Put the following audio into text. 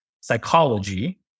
psychology